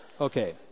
okay